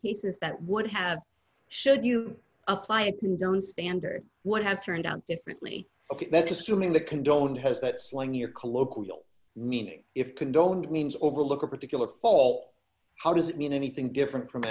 pieces that would have showed you apply it and don't standard what have turned out differently that's assuming the condone has that slang your colloquial meaning if condone means overlook a particular fall how does it mean anything different from